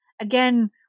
again